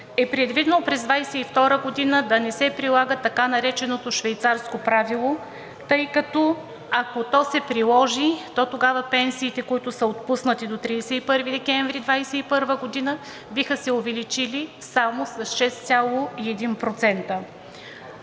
е предвидено през 2022 г. да не се прилага така нареченото Швейцарско правило, тъй като, ако то се приложи, то тогава пенсиите, които са отпуснати до 31 декември 2021 г., биха се увеличили само с 6,1%.